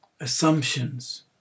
assumptions